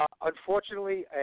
Unfortunately